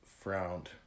frowned